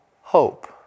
hope